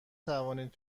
توانید